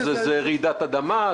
זה רעידת אדמה?